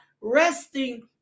resting